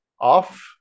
off